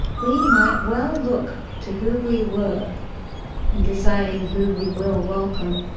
we might well look to who we were in deciding who we will welcome.